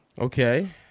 Okay